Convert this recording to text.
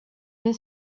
med